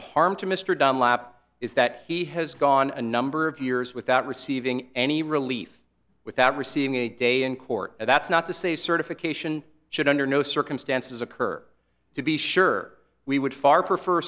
harm to mr dunlap is that he has gone a number of years without receiving any relief without receiving a day in court and that's not to say certification should under no circumstances occur to be sure we would far